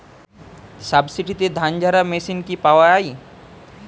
সাবসিডিতে ধানঝাড়া মেশিন কি পাওয়া য়ায়?